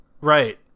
Right